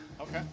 Okay